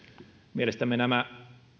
mielestämme